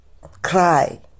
cry